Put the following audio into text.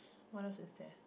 what else is there